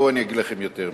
בואו אני אגיד לכם יותר מזה.